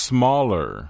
Smaller